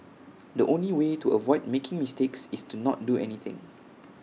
the only way to avoid making mistakes is to not do anything